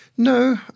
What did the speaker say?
No